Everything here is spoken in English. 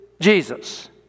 Jesus